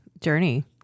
journey